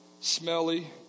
smelly